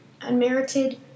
Unmerited